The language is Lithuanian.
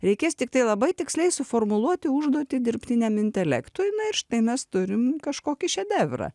reikės tiktai labai tiksliai suformuluoti užduotį dirbtiniam intelektui na ir štai mes turim kažkokį šedevrą